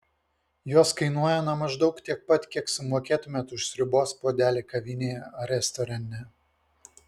jos kainuoja na maždaug tiek pat kiek sumokėtumėte už sriubos puodelį kavinėje ar restorane